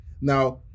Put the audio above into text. Now